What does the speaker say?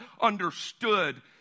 understood